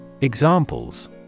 Examples